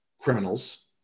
criminals